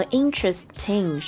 interesting